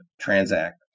transact